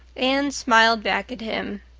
anne smiled back at him.